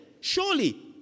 surely